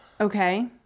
Okay